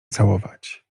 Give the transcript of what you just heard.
całować